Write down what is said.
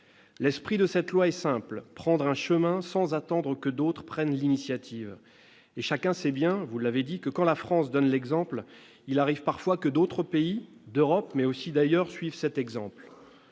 L'esprit de cette loi est simple : prendre un chemin sans attendre que d'autres prennent l'initiative. Et chacun sait bien, vous l'avez dit, que, lorsque la France donne l'exemple, il arrive parfois que d'autres pays, d'Europe et d'ailleurs, suivent cet exemple.